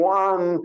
one